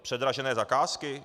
Předražené zakázky?